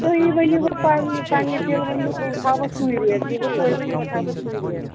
تُہی ؤنِو وۄنۍ پَننہِ دِلہٕ وَنو بہٕ تھاوو سُے ریٹ یہِ وۄنۍ تُہۍ ؤنو بہٕ تھاوٕ سُے ریٹ